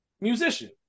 musician